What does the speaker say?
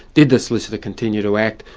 did the solicitor continue to act,